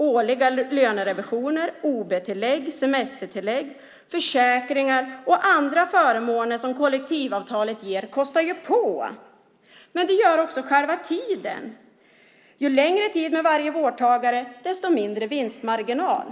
Årliga lönerevisioner, OB-tillägg, semestertillägg, försäkringar och andra förmåner som kollektivavtalet ger kostar, men det gör också själva tiden. Ju längre tid man ägnar åt varje vårdtagare, desto mindre blir vinstmarginalen.